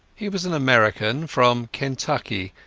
he was an american, from kentucky,